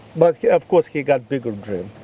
but of course, he got bigger dream.